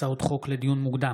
הצעות חוק לדיון מוקדם,